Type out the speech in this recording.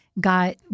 got